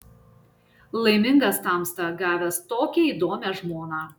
laimingas tamsta gavęs tokią įdomią žmoną